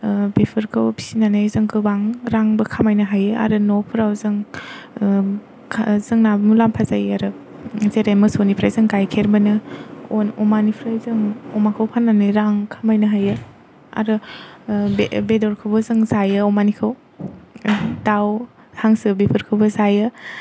ओ बेफोरखौ फिनानै जों गोबां रांबो खामायनो हायो आरो न'फोराव जों ओ खा जोंना मुलाम्फा जायो आरो जेरै मोसौनिफ्राय जों गायखेर मोनो अमानिफ्राय जों अमाखौ फाननानै रां खामायनो हायो आरो ओ बे बेदरखौबो जों जायो जों अमानिखौ दाउ हांसो बेफोरखौबो जायो